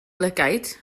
lygaid